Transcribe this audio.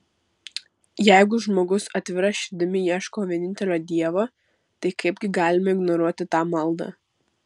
jeigu žmogus atvira širdimi ieško vienintelio dievo tai kaipgi galime ignoruoti tą maldą